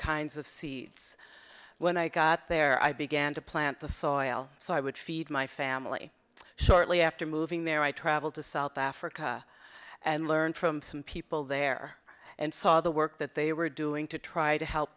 kinds of sea when i got there i began to plant the soil so i would feed my family shortly after moving there i traveled to south africa and learned from some people there and saw the work that they were doing to try to help